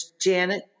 Janet